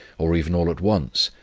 or even all at once,